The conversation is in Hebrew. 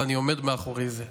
ואני עומד מאחורי זה.